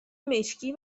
مشکی